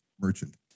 merchant